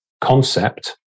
concept